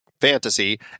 Fantasy